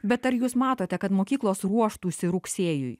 bet ar jūs matote kad mokyklos ruoštųsi rugsėjui